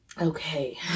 Okay